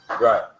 Right